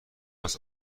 است